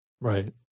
Right